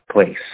place